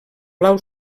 blau